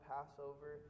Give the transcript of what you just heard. Passover